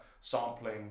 sampling